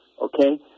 Okay